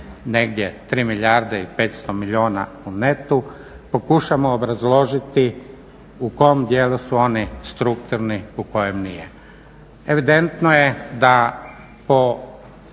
negdje 3 milijarde i 500 milijuna u neto pokušamo obrazložiti u kom dijelu su oni strukturni, a u kojem nije. Evidentno je da po